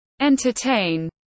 entertain